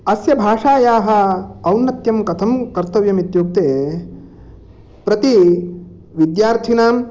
अस्य भाषायाः औन्नत्यं कथं कर्तव्यमित्युक्ते प्रति विद्यार्थिनां